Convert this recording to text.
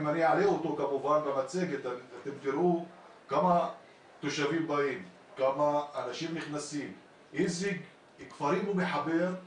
אם אני את המצגת אתם תראו כמה תושבים עוברים שם ואיזה כפרים הוא מחבר.